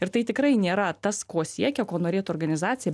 ir tai tikrai nėra tas ko siekia ko norėtų organizacija